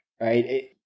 right